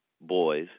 boys